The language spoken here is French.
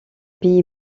pays